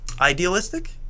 idealistic